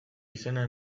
izena